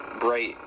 Bright